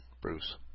Bruce